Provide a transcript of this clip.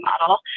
model